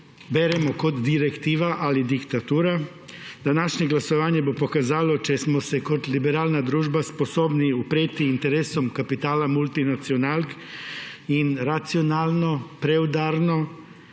beremo kot direktiva ali kot diktatura. Današnje glasovanje bo pokazalo, ali smo se kot liberalna družba sposobni upreti interesom kapitala multinacionalk in racionalno, preudarno,